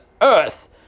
earth